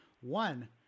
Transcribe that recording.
one